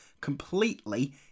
Completely